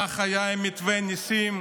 כך היה עם מתווה ניסים,